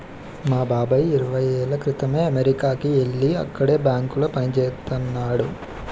మా బాబాయి ఇరవై ఏళ్ళ క్రితమే అమెరికాకి యెల్లి అక్కడే బ్యాంకులో పనిజేత్తన్నాడు